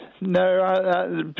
No